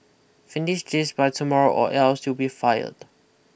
finish this by tomorrow or else you'll be fired